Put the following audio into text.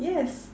yes